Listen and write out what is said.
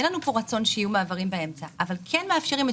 אין לנו כאן רצון שיהיו מעברים באמצע אבל כן מאפשרים את